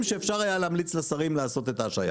שאפשר היה להמליץ לשרים לעשות את ההשהיה?